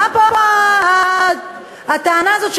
מה פה הטענה הזאת,